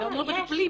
רובם לא מטפלים,